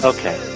Okay